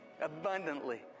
abundantly